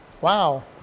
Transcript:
wow